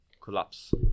collapse